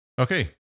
Okay